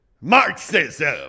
Marxism